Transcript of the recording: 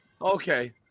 Okay